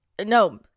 no